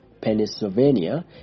Pennsylvania